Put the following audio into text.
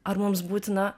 ar mums būtina